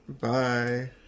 bye